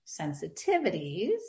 sensitivities